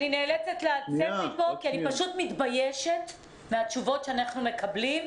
אני נאצלת לצאת מפה כי אני פשוט מתביישת מהתשובות שאנחנו מקבלים,